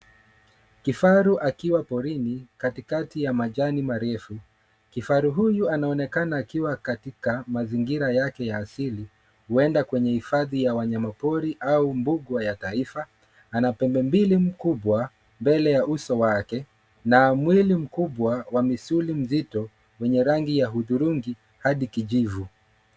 Kifaru akiwa porini katikati ya majani marefu. Kifaru huyu anaonekana akiwa katika mazingira yake ya asili, huenda kwenye hifadhi ya wanyama pori au mbuga ya taifa. Ana pembe mbili mkubwa mbele ya uso wake na mwili mkubwa wa misuli mzito wenye rangi ya hudhurungi hadi kijivu.